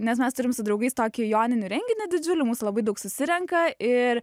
nes mes turim su draugais tokį joninių renginį didžiulį mūsų labai daug susirenka ir